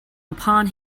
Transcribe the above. upon